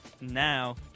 now